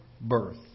birth